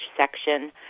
section